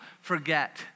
forget